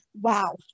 Wow